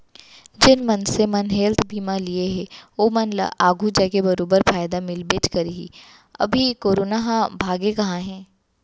जेन मनसे मन हेल्थ बीमा लिये हें ओमन ल आघु जाके बरोबर फायदा मिलबेच करही, अभी करोना ह भागे कहॉं हे?